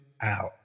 out